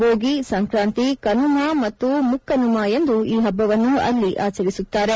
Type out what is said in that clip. bogie Sankranti Kanuma ಮತ್ತು ಮುಕ್ಕನುಮಾ ಎಂದು ಈ ಹಬ್ಬವನ್ನು ಅಲ್ಲಿ ಆಚರಿಸುತ್ತಾರೆ